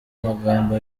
magambo